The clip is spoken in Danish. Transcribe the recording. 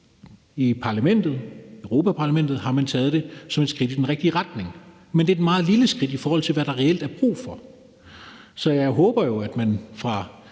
i Europa-Parlamentet har man taget det som et skridt i den rigtige retning. Men det er et meget lille skridt, i forhold til hvad der reelt er brug for. Så jeg håber jo, at man fra